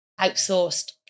outsourced